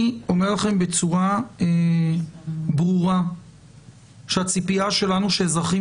אני אומר לכם בצורה ברורה שהציפייה שלנו שאזרחים